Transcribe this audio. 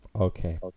okay